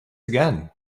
again